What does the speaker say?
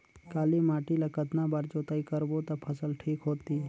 काली माटी ला कतना बार जुताई करबो ता फसल ठीक होती?